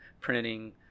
printing